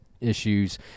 issues